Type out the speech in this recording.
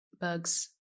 Bugs